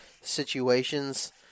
situations